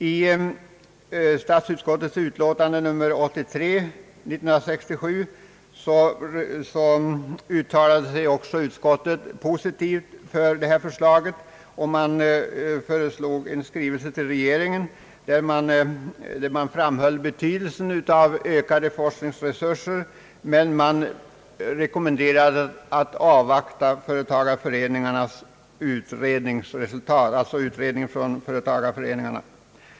I sitt utlåtande nr 83 år 1967 uttalade sig statsutskottet positivt för detta förslag och föreslog en skrivelse till regeringen där man framhöll betydelsen av ökade forskningsresurser. Man rekommenderade dock att avvakta företagareföreningarnas utredningsresultat.